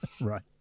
Right